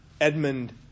Edmund